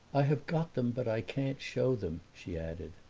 i have got them but i can't show them, she added.